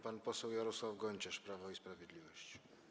Pan poseł Jarosław Gonciarz, Prawo i Sprawiedliwość.